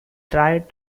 tried